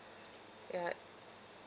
ya